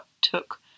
took